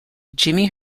jimmy